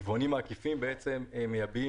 היבואנים העקיפים מייבאים